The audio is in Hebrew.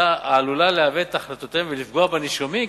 שיטה העלולה לעוות את החלטותיהם ולפגוע בנישומים,